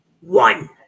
One